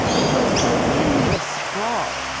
it was the epitome of sprawl,